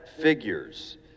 figures